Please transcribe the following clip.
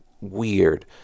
Weird